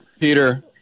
Peter